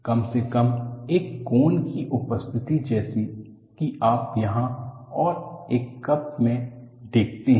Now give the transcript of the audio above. कम से कम एक कोन की उपस्थिति जैसी कि आप यहां और एक कप में देखते हैं